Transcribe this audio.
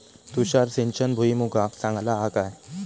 तुषार सिंचन भुईमुगाक चांगला हा काय?